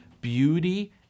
beauty